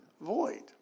void